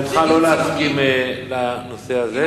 זכותך לא להסכים לנושא הזה.